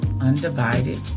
undivided